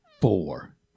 four